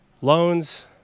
loans